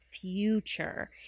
future